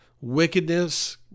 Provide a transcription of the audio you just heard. wickedness